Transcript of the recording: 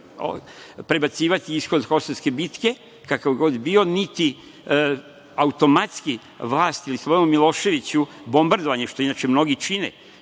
prebacivati ishod Kosovske bitke, kakav god bio, niti automatski vlasti ili Slobodanu Miloševiću bombardovanje, što inače mnogi čine